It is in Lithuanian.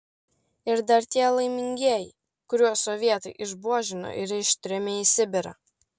ir dar tie laimingieji kuriuos sovietai išbuožino ir ištrėmė į sibirą